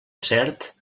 cert